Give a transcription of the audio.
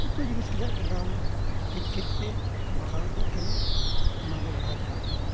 ᱡᱚᱛᱚ ᱡᱤᱱᱤᱥ ᱨᱮᱭᱟᱜ ᱜᱮ ᱫᱟᱢ ᱠᱟᱹᱡ ᱠᱟᱹᱡ ᱛᱮ ᱵᱟᱲᱦᱟᱣ ᱤᱫᱤᱜ ᱠᱟᱱᱟ ᱚᱱᱟᱫᱚ ᱵᱟᱲᱦᱟᱣ ᱪᱟᱞᱟᱜ ᱠᱟᱱ ᱜᱮᱭᱟ